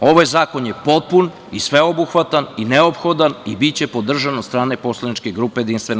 Ovaj zakon je potpun i sveobuhvatan i neophodan i biće podržan od strane Poslaničke grupe JS.